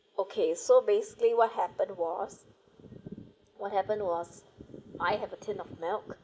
okay so basically what happened was what happened was I have a tin of milk